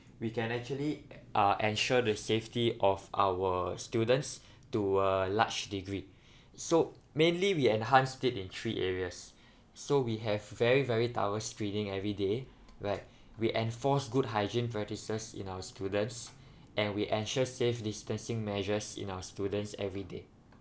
we can actually uh ensure the safety of our students to a large degree so mainly we enhanced it in three areas so we have very very thorough screening everyday right we enforce good hygiene practices in our students and we ensure safe distancing measures in our students everyday